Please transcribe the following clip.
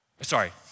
Sorry